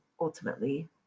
ultimately